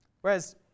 Whereas